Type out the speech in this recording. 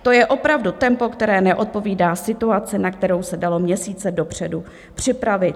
To je opravdu tempo, které neodpovídá situaci, na kterou se dalo měsíce dopředu připravit.